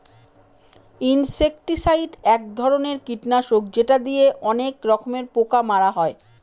insecticide এক ধরনের কীটনাশক যেটা দিয়ে অনেক রকমের পোকা মারা হয়